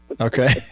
Okay